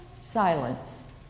silence